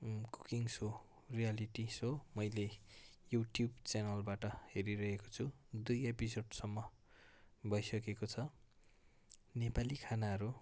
यो cooking show reality show मैले YouTube च्यानलबाट हेरिरहेको छु दुई एपिसोडसम्म भइसकेको छ नेपाली खानाहरू